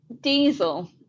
Diesel